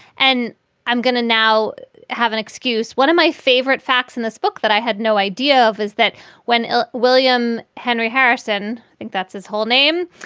and i'm going to now have an excuse. one of my favorite facts in this book that i had no idea of is that when william henry harrison. think that's his whole name.